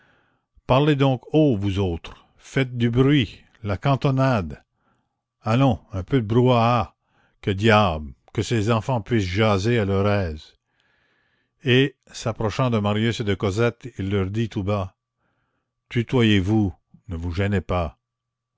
parlez donc haut vous autres faites du bruit la cantonade allons un peu de brouhaha que diable que ces enfants puissent jaser à leur aise et s'approchant de marius et de cosette il leur dit tout bas tutoyez vous ne vous gênez pas